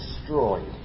destroyed